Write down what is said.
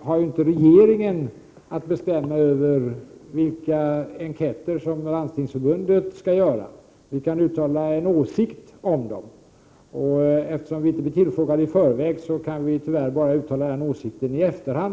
har inte regeringen att bestämma över vilka enkäter som Landstingsförbundet skall göra. Eftersom vi inte blir tillfrågade i förväg kan vi tyvärr bara uttala vår åsikt i efterhand.